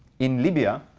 in libya,